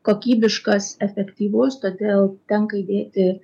kokybiškas efektyvus todėl tenka įdėti